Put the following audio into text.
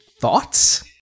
Thoughts